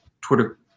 Twitter